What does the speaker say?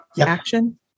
action